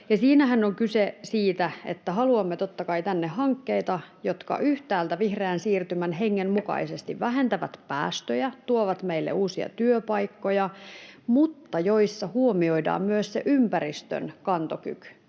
Siinähän on kyse siitä, että haluamme, totta kai, tänne hankkeita, jotka yhtäältä vihreän siirtymän hengen mukaisesti vähentävät päästöjä, tuovat meille uusia työpaikkoja mutta joissa huomioidaan myös se ympäristön kantokyky